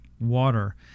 water